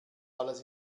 alles